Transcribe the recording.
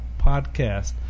podcast